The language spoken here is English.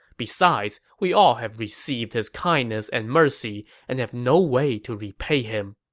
besides, we all have received his kindness and mercy and have no way to repay him.